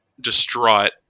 distraught